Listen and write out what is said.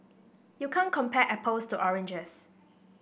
you can't compare apples to oranges